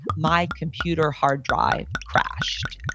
my computer hard drive crashed,